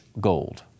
Gold